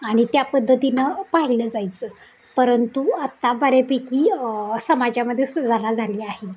आणि त्या पद्धतीनं पाहिलं जायचं परंतु आत्ता बऱ्यापैकी समाजामध्ये सुधारणा झाली आहे